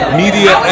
media